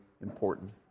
important